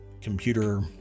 computer